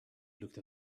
looked